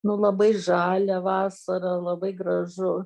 nu labai žalia vasarą labai gražu